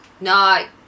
No